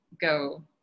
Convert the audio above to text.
go